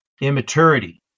immaturity